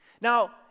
Now